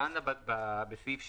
דנה בסעיף 6,